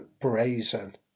brazen